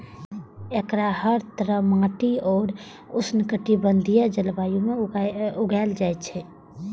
एकरा हर तरहक माटि आ उष्णकटिबंधीय जलवायु मे उगायल जाए छै